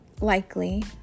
Likely